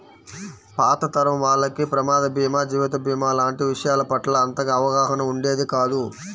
పాత తరం వాళ్లకి ప్రమాద భీమా, జీవిత భీమా లాంటి విషయాల పట్ల అంతగా అవగాహన ఉండేది కాదు